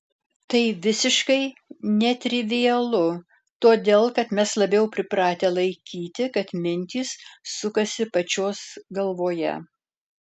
tai visiškai netrivialu todėl kad mes labiau pripratę laikyti kad mintys sukasi pačios galvoje